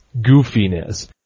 goofiness